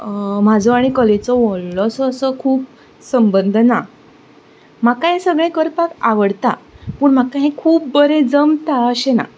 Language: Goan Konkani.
म्हाजो आनी कलेचो व्हडलोसो असो खूब संबंद ना म्हाका हें सगळें करपाक आवडटा पूण म्हाका हें खूब बरें जमता अशें ना